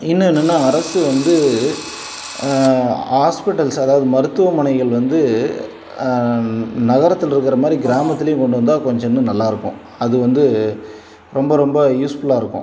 இன்னும் என்னென்னா அரசு வந்து ஹாஸ்பிட்டல்ஸ் அதாவது மருத்துவமனைகள் வந்து நகரத்தில் இருக்கிறமாரி கிராமத்துலேயும் கொண்டு வந்தால் கொஞ்சம் இன்னும் நல்லாயிருக்கும் அது வந்து ரொம்ப ரொம்ப யூஸ்ஃபுல்லாக இருக்கும்